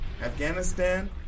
Afghanistan